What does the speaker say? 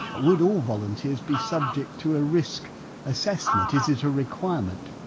whitewould all volunteers be subject to a risk assessment? is it a requirement?